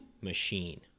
machine